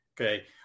Okay